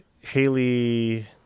Haley